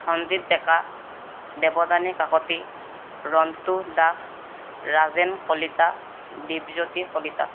Dhanjit Deka Devyani Kakati Rantu Das Rajen Kalita Dipjyoti Kalita